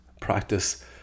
practice